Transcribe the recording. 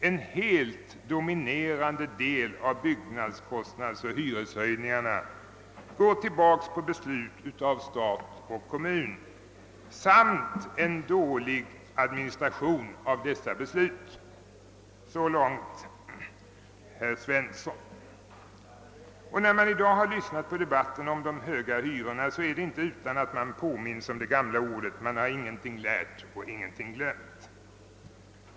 En helt dominerande del av byggnadskostnadsoch hyreshöjningarna går tillbaka på beslut av stat och kommun samt en dålig administration av dessa beslut.» När jag i dag har lyssnat på debatten om de höga hyrorna har jag erinrat mig de gamla orden om att man ingenting lärt och ingenting glömt.